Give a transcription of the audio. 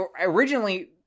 originally